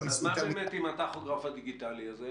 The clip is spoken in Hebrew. שלא ייסעו יותר --- מה באמת עם הטכוגרף הדיגיטלי הזה?